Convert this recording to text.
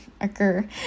occur